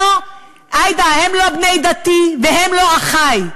עאידה, הם לא בני דתי והם לא אחי.